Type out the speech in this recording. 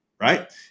right